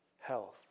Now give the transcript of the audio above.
health